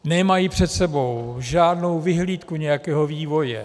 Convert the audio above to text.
Nemají před sebou žádnou vyhlídku nějakého vývoje.